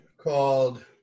called